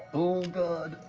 oh, god.